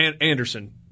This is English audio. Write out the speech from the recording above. Anderson